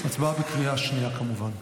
ההצבעה בקריאה שנייה, כמובן.